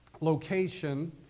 location